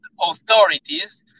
authorities